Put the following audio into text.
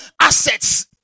assets